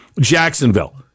Jacksonville